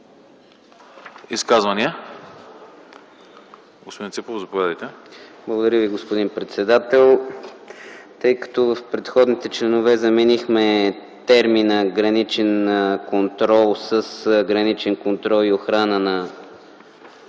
Изказвания? Господин Ципов, заповядайте. ДОКЛАДЧИК КРАСИМИР ЦИПОВ: Благодаря Ви, господин председател. Тъй като в предходните членове заменихме термина „граничен контрол” с „граничен контрол и охрана на